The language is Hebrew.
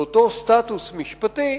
לאותו סטטוס משפטי,